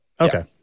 Okay